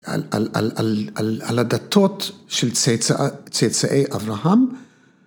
על הדתות של צאצאי אברהם